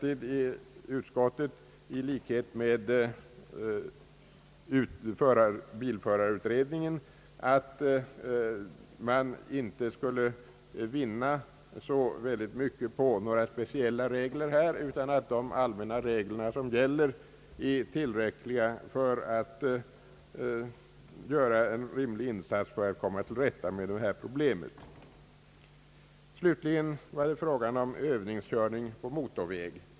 I likhet med bilförarutredningen tror inte utskottet att man skulle vinna så mycket på införandet av några speciella regler i detta avseende, utan utskottet anser, att de allmänna regler som här gäller är tillräckliga för att komma till rätta med dessa problem. Slutligen var det fråga om Öövningskörning på motorväg.